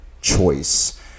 choice